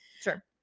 Sure